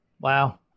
Wow